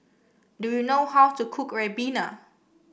do you know how to cook ribena